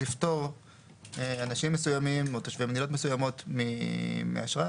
לפטור אנשים מסוימים או תושבי מדינות מסוימות מאשרה,